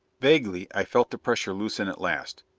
vaguely i felt the pressure loosen at last.